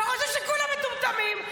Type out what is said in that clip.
וחושב שכולם מטומטמים.